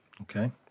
okay